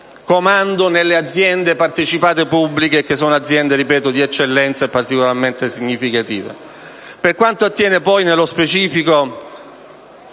comando nelle aziende partecipate pubbliche, che sono, ripeto, di eccellenza e particolarmente significative. Per quanto attiene poi, nello specifico,